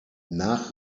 nach